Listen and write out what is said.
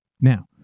Now